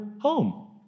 home